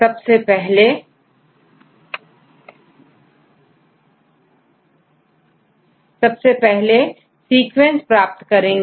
सबसे पहले सीक्वेंस प्राप्त करेंगे